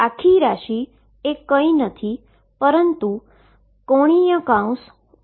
જે આખી ક્વોન્ટીટી એ કંઈ નથી પરંતુ ⟨O1⟩⟨O2⟩ છે